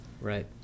Right